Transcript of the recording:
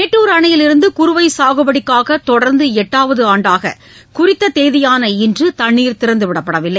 மேட்டூர் அணையில் இருந்து குறுவை சாகுபடிக்காக தொடர்ந்து எட்டாவது ஆண்டாக குறித்த தேதியான இன்று தண்ணீர் திறந்துவிடப்படவில்லை